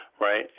right